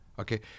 okay